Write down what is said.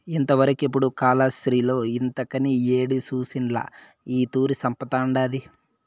ఇంతవరకెపుడూ కాలాస్త్రిలో ఇంతకని యేడి సూసుండ్ల ఈ తూరి సంపతండాది